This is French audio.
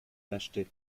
lâcheté